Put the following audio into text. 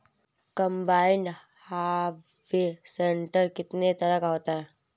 Combine harvester कितने तरह का होता है?